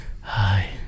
Hi